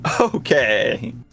Okay